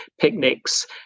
picnics